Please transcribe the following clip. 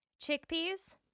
Chickpeas